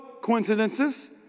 coincidences